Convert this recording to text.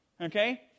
Okay